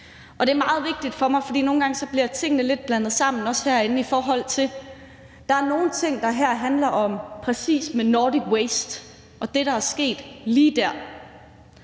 Og det er meget vigtigt for mig, for nogle gange bliver tingene blandet lidt sammen herinde, i forhold til at der er nogle ting her, der handler om Nordic Waste og det, der er sket lige dér;